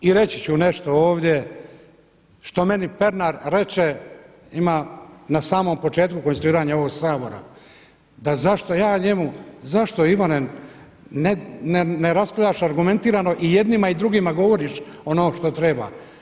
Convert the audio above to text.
I reći ću nešto ovdje što meni Pernar reče, ima na samom početku konstituiranja ovog Sabora, da zašto ja njemu, zašto Ivane ne raspravljaš argumentirano i jednima i drugima govoriš ono što treba.